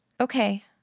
Okay